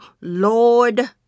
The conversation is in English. lord